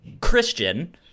Christian